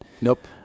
Nope